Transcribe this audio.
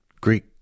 Greek